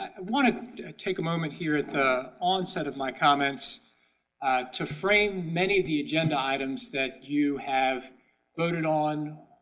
i want to take a moment here at the onset of my comments to frame many of the agenda items that you have voted on,